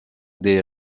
des